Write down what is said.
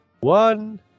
one